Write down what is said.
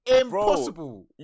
Impossible